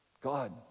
God